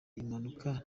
impanuka